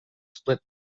split